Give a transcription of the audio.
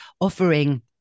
offering